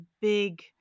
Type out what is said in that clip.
big